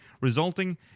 resulting